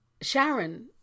Sharon